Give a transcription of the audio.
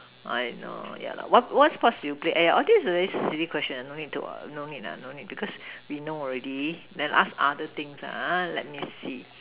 I know ya lah what what sports do you play !aiya! all this is a very silly question no need to no need lah no need because we know already then ask other things lah okay let me see